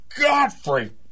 Godfrey